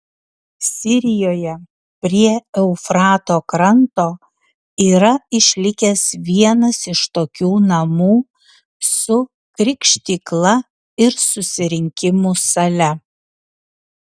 sirijoje prie eufrato kranto yra išlikęs vienas iš tokių namų su krikštykla ir susirinkimų sale